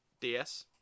DS